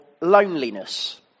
loneliness